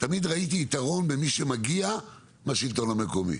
תמיד ראיתי יתרון במי שמגיע מהשלטון המקומי,